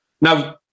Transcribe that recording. Now